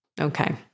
Okay